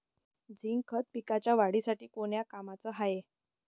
Zinc खत पिकाच्या वाढीसाठी कोन्या कामाचं हाये?